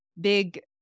big